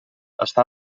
està